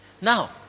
Now